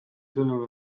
sõnul